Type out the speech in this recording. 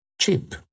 cheap